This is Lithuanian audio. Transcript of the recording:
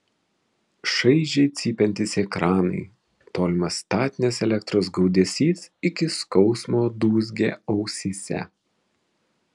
šaižiai cypiantys ekranai tolimas statinės elektros gaudesys iki skausmo dūzgė ausyse